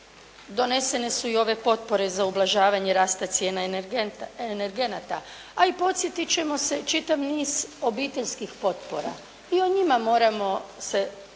donesene su i ove potpore za ublažavanja rasta cijena energenata, a i podsjetiti ćemo se čitav niz obiteljskih potpora. I o njima moramo se prisjetiti